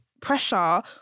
pressure